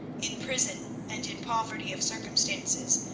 in prison and in poverty of circumstances,